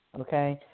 okay